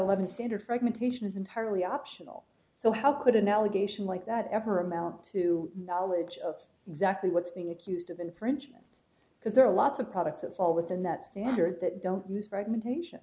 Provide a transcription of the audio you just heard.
is entirely optional so how could an allegation like that ever amount to knowledge of exactly what's being accused of infringement because there are lots of products that fall within that standard that don't use fragmentation